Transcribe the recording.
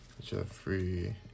Jeffrey